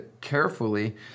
carefully